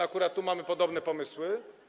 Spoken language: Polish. Akurat tu mamy podobne pomysły.